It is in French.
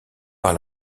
par